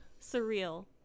surreal